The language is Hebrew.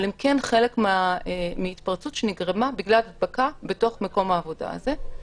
אבל הם כן חלק מהתפרצות שנגרמה בגלל הדבקה בתוך מקום העבודה הזה.